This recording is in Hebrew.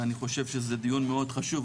ואני חושב שזה דיון מאוד חשוב,